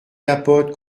capotes